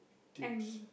tips